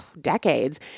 decades